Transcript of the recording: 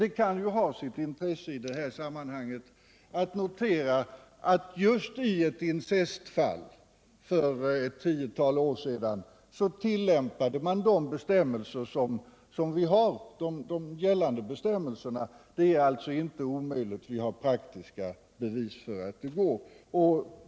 Det kan ju ha sitt intresse i det här sammanhanget att notera att just i ett incestfall för ett tiotal år sedan tillämpade man de bestämmelser som vi hänvisar till. Det är alltså inte omöjligt och vi har praktiska bevis för att det går.